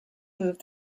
moved